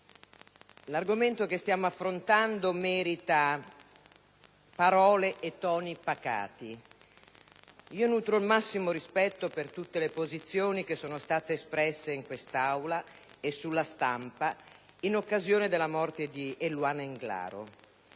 l'argomento che stiamo affrontando merita parole e toni pacati. Nutro il massimo rispetto per tutte le posizioni che sono state espresse in quest'Aula e sulla stampa in occasione della morte di Eluana Englaro.